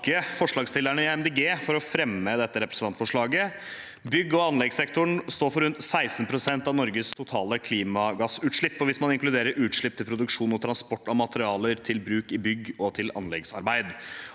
takke forslagsstillerne i Miljøpartiet De Grønne for at de fremmer dette representantforslaget. Bygg- og anleggssektoren står for rundt 16 pst. av Norges totale klimagassutslipp, hvis man inkluderer utslipp til produksjon og transport av materialer til bruk i bygg og til anleggsarbeid.